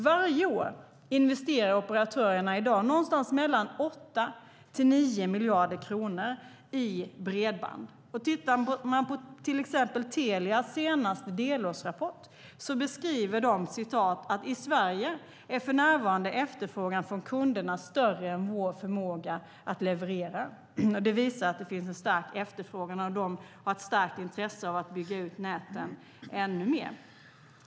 Varje år investerar operatörerna någonstans mellan 8 och 9 miljarder kronor i bredband. Telia skriver i sin senaste delårsrapport: "I Sverige är för närvarande efterfrågan från kunderna större än vår förmåga att leverera." Det visar att det finns en stark efterfrågan och ett starkt intresse av att bygga ut näten ännu mer.